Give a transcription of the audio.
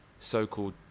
so-called